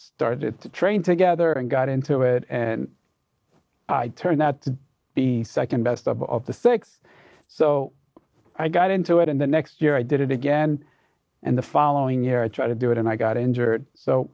started to train together and got into it and i turned that to the second best of the six so i got into it and the next year i did it again and the following year i try to do it and i got injured so